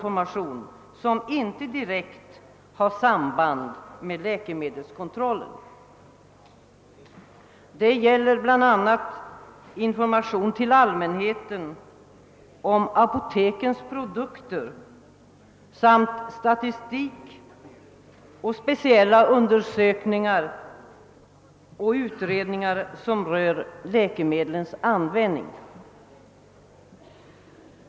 formation som inte direkt har samband med läkemedelskontrollen. Det gäller bl.a. information till allmänheten om apotekens produkter samt statistik och speciella undersökningar och utredningar som rör läkemedlens användning.